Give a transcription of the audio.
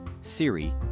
Siri